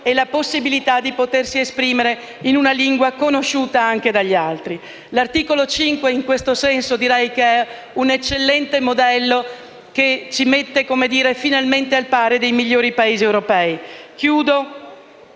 e la possibilità di esprimersi in una lingua conosciuta anche dagli altri. L'articolo 5, in questo senso, è un eccellente modello che ci mette finalmente al pari dei migliori Paesi europei. Concludo